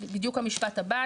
נכון, בדיוק המשפט הבא.